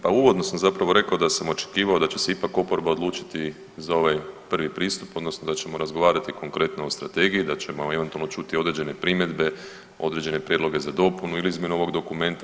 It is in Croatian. Pa uvodno sam zapravo rekao da sam očekivao da će se ipak oporba odlučiti za ovaj prvi pristup odnosno da ćemo razgovarati konkretno o strategiji, da ćemo eventualno čuti određene primjedbe, određene prijedloge za dopunu ili izmjenu ovog dokumenta.